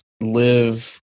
live